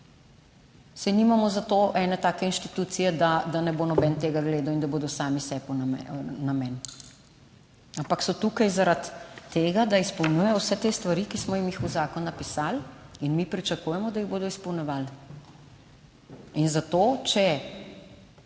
Saj nimamo za to ene take inštitucije, da ne bo noben tega gledal in da bodo sami sebi namen, ampak so tukaj zaradi tega, da izpolnjujejo vse te stvari, ki smo jim jih v zakon napisali, in mi pričakujemo, da jih bodo izpolnjevali. In zato, če